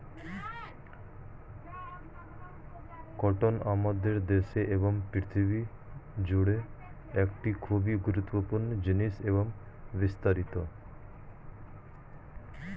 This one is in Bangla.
কটন আমাদের দেশে এবং পৃথিবী জুড়ে একটি খুবই গুরুত্বপূর্ণ জিনিস এবং বিস্তারিত